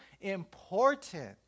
important